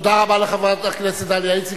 תודה רבה לחברת הכנסת דליה איציק.